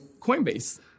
Coinbase